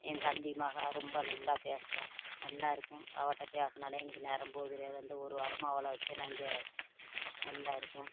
என் தம்பி மகள் ரொம்ப நல்லா பேசுவா நல்லாருக்கும் அவகிட்ட பேசினாலே நேரம் போகிறதே தெரியாது அந்த ஒரு வாரமாக அவளை வச்சே நாங்கள் நல்லா இருக்கும்